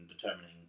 determining